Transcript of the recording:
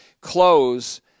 close